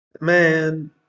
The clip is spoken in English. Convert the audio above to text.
Man